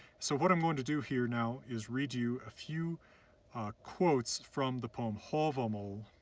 so what i'm going to do here now is read you a few quotes from the poem havamal,